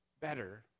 better